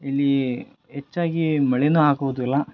ಇಲ್ಲಿ ಹೆಚ್ಚಾಗಿ ಮಳೆಯೂ ಆಗುವುದಿಲ್ಲ